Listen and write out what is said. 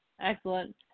Excellent